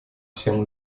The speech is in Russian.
всем